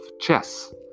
chess